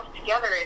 together